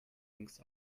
links